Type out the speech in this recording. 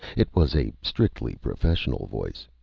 it was a strictly professional voice.